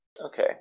Okay